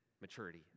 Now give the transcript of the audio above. maturity